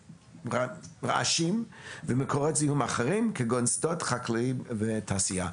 רעשים ומקורות זיהום אחרים כגון שדות חקלאיים ותעשייה.